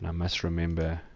um must remember